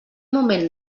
moment